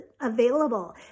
available